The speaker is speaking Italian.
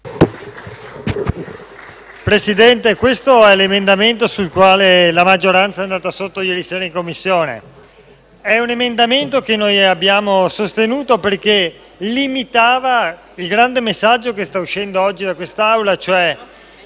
Presidente, questo è l’emendamento sul quale la maggioranza ieri sera in Commissione è stata battuta. È un emendamento che noi abbiamo sostenuto perché limitava il grande messaggio che sta uscendo oggi da quest’Aula, e cioè: